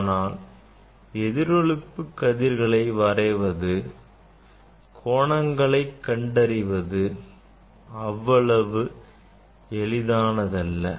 ஆனால் எதிரொளிப்பு கதிர்களை வரைவது கோணங்களை கண்டறிவது அவ்வளவு எளிதானதல்ல